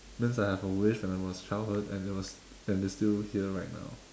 means I have a wish when I was childhood and it was and it's still here right now